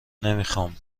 نمیخوام